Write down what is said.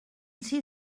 see